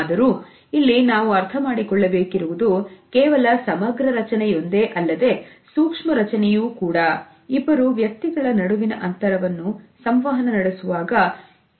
ಆದರೂ ಇಲ್ಲಿ ನಾವು ಅರ್ಥ ಮಾಡಿಕೊಳ್ಳಬೇಕಿರುವುದು ಕೇವಲ ಸಮಗ್ರ ರಚನೆಯೊಂದೇ ಅಲ್ಲದೆ ಸೂಕ್ಷ್ಮ ರಚನೆಯೂ ಕೂಡ ಇಬ್ಬರು ವ್ಯಕ್ತಿಗಳ ನಡುವಿನ ಅಂತರವನ್ನು ಸಂವಹನ ನಡೆಸುತ್ತವೆ